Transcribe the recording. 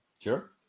Sure